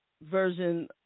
version